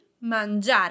mangiare